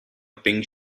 pink